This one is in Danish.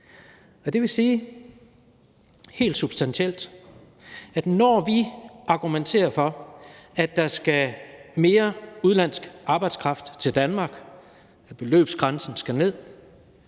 substantielt, at når vi argumenterer for, at der skal mere udenlandsk arbejdskraft til Danmark, at beløbsgrænsen skal ned,